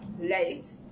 late